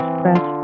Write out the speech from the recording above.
press